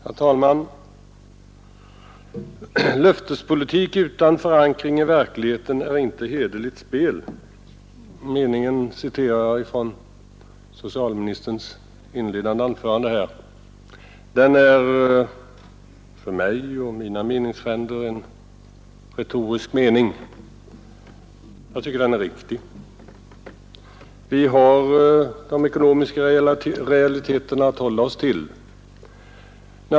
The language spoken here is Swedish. Herr talman! Löftespolitik utan förankring i verkligheter. är inte hederligt spel. Den meningen citerar jag från socialministerns inledande anförande. Den framstår för mig och mina meningsfränder som retorisk, och jag tycker den är riktig; vi har de ekonomiska realiteterna att hålla oss till.